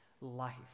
life